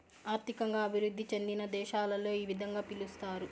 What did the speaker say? ఆర్థికంగా అభివృద్ధి చెందిన దేశాలలో ఈ విధంగా పిలుస్తారు